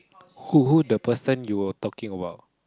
who who the person you were talking about